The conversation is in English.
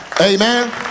amen